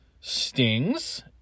stings